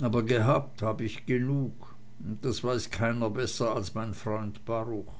aber gehabt hab ich genug und das weiß keiner besser als mein freund baruch